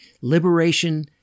Liberation